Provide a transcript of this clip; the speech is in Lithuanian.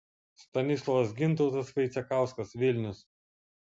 stanislovas gintautas vaicekauskas vilnius